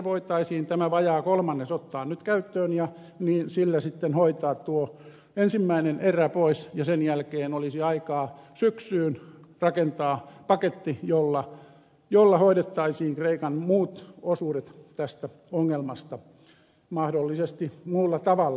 voitaisiin siitä tämä vajaa kolmannes ottaa nyt käyttöön ja sillä sitten hoitaa tuo ensimmäinen erä pois ja sen jälkeen olisi aikaa syksyyn rakentaa paketti jolla hoidettaisiin kreikan muut osuudet tästä ongelmasta mahdollisesti muulla tavalla